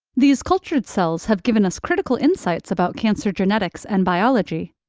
these cultured cells have given us critical insights about cancer genetics and biology,